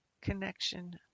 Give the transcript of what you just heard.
connection